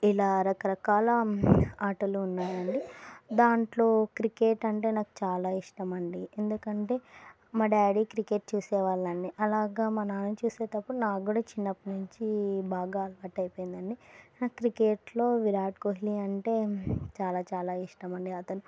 ఇలా రకరకాల ఆటలు ఉన్నాయండి దాంట్లో క్రికెట్ అంటే నాకు చాలా ఇష్టమండి ఎందుకంటే మా డాడీ క్రికెట్ చూసేవాళ్ళండి అలాగా మా నాన్న చూసేటప్పుడు నేను కూడా చిన్నప్పటి నుంచి బాగా అలవాటు అయిపోయిందండి నాకు క్రికెట్లో విరాట్ కోహ్లీ అంటే చాలా చాలా ఇష్టమండి అతను